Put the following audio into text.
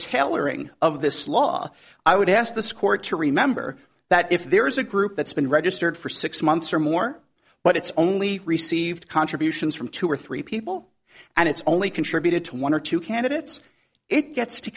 tailoring of this law i would ask this court to remember that if there is a group that's been registered for six months or more but it's only received contributions from two or three people and it's only contributed to one or two candidates it gets to